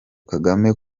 kagame